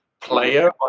player